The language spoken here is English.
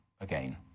again